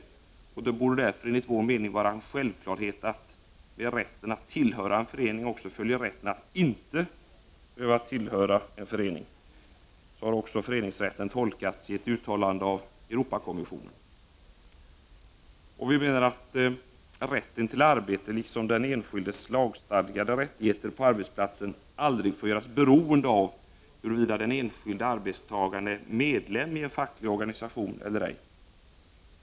Därför borde det enligt vår mening vara en självklarhet att se till att med rätten att tillhöra en förening följer rätten att inte behöva tillhöra en förening. Så har också föreningsrätten tolkats i ett uttalande av Europakomissionen. Vi anser att rätten till arbete, liksom den enskildes lagstadgade rättigheter på arbetsplatsen, aldrig får göras beroende av huruvida den enskilde arbetstagaren är medlem i en facklig organisation eller ej.